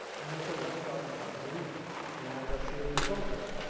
and they said let's start a company and share consulting.